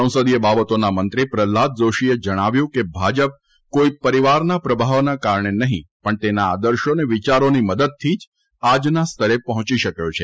સંસદિય બાબતોના મંત્રી પ્રહલાદ જાશીએ જણાવ્યું હતું કે ભાજપ કોઇ પરિવારના પ્રભાવના કારણે નહીં પણ તેના આદર્શો અને વિયારોની મદદથી જ આજના સ્તરે પહોંચી શક્યો છે